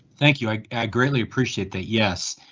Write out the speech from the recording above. thank you. i greatly appreciate that, yes,